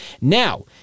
now